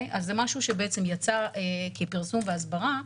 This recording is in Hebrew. אז זה משהו שיצא כפרסום והסברה.